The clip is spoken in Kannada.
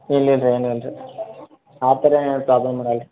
ಇಲ್ಲ ಇಲ್ರೀ ಏನು ಇಲ್ರಿ ಆ ಥರ ಏನೂ ಪ್ರಾಬ್ಲಮ್ ಇರಲ್ರಿ